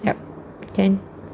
yup can